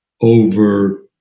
over